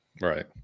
Right